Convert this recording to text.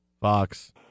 Fox